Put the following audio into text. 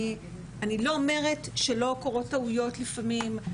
אני לא אומרת שלא קורות טעויות לפעמים.